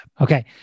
Okay